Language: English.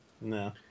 No